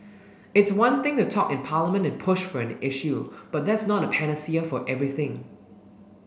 it's one thing to talk in Parliament and push for an issue but that's not a panacea for everything